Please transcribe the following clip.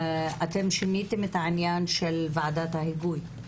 אתם שיניתם את העניין של ועדת ההיגוי.